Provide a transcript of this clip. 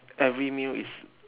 every meal is